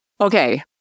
Okay